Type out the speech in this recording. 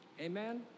amen